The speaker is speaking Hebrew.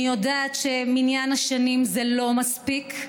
אני יודעת שמניין השנים הזה לא מספיק,